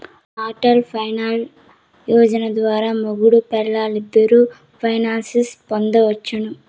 Atal pension Yojana ద్వారా మొగుడూ పెల్లాలిద్దరూ పెన్సన్ పొందొచ్చును